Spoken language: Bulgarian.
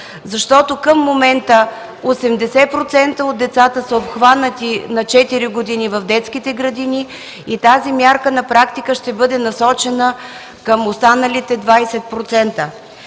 защото към момента 80% от децата на 4 години са обхванати в детските градини и тази мярка на практика ще бъде насочена към останалите 20%.